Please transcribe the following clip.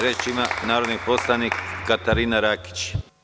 Reč ima narodni poslanik Katarina Rakić.